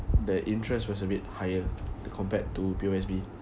the interest was a bit higher compared to P_O_S_B